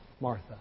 Martha